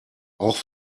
auch